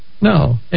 No